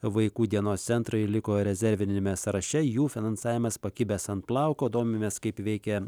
vaikų dienos centrai liko rezerviniame sąraše jų finansavimas pakibęs ant plauko domimės kaip veikia